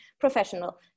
professional